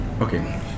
Okay